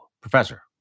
Professor